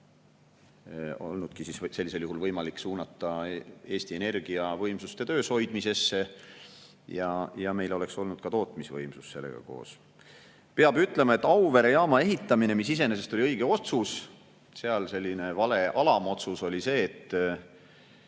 olnud sellisel juhul võimalik suunata Eesti energiavõimsuste töös hoidmisesse ja meil oleks olnud ka tootmisvõimsus sellega [olemas].Peab ütlema, et Auvere jaama ehitamine oli iseenesest õige otsus, aga vale alamotsus oli seal